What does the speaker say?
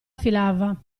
filava